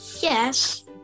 yes